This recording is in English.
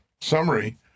summary